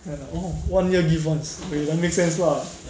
ya one year give once okay that make sense lah